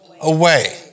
away